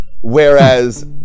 Whereas